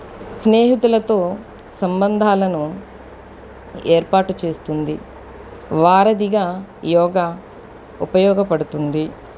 స్నేహితులతో సంబంధాలను ఏర్పాటు చేస్తుంది వారధిగా యోగా ఉపయోగపడుతుంది